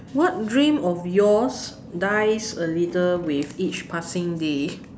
what dream of yours dies a little with each passing day